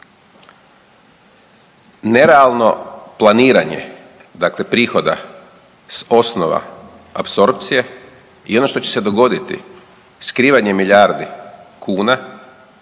Nerealno planiranje, dakle prihoda s osnova apsorpcije je ono što će se dogoditi skrivanjem milijardi kuna,